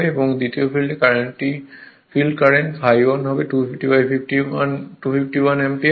এবং দ্বিতীয় ফিল্ডে ফিল্ড কারেন্ট ∅1হবে 250 251 অ্যাম্পিয়ার